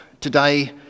today